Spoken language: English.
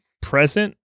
present